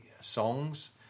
songs